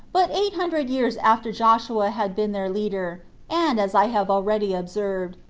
but eight hundred years after joshua had been their leader, and, as i have already observed,